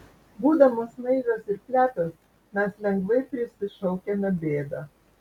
būdamos naivios ir plepios mes lengvai prisišaukiame bėdą